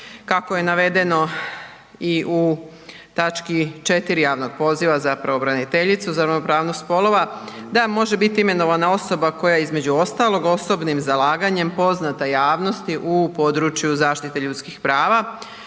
Kako je navedeno i u točki 4. javnog poziva za pravobraniteljicu za ravnopravnost spolova, da može biti imenovana osoba koja je između ostalog osobnim zalaganjem poznata javnosti u području zaštite ljudskih prava.